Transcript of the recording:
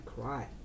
cry